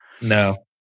No